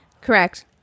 Correct